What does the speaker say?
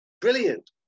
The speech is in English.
Brilliant